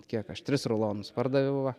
kiek aš tris rulonus pardaviau va